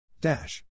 Dash